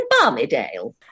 Barmydale